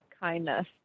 kindness